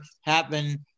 happen